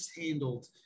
handled